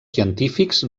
científics